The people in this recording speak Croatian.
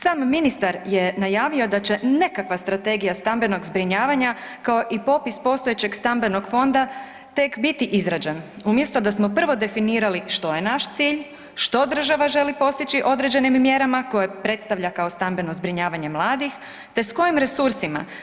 Sam ministar je najavio da će nekakva strategija stambenog zbrinjavanja kao i popis postojećeg stambenog fonda tek biti izrađen, umjesto da smo prvo definirali što je naš cilj, što država želi postići određenim mjerama koje predstavlja kao stambeno zbrinjavanje mladih te s kojim resursima.